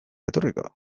etorriko